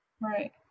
right